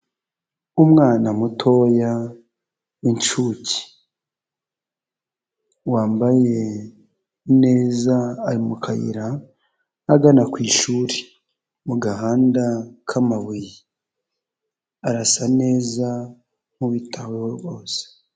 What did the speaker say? Umwana mutoya winshuke wambaye neza ari mu kayira agana ku ishuri, mu gahanda k'amabuye, arasa neza nk'uwitaweho rwose.